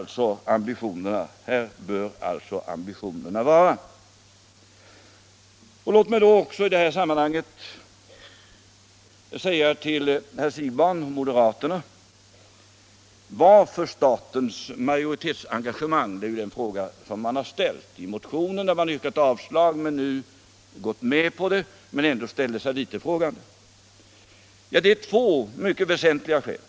Låt mig också i det här sammanhanget säga några ord till herr Siegbahn och moderaterna om statens majoritetsengagemang. Moderaterna har ju yrkat att avtalet med Saléninvest inte skall godkännas. Nu har de gått med på det men ändå ställt sig litet frågande. Det finns här två mycket väsentliga skäl.